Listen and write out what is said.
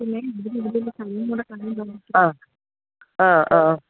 ആ ആ ആ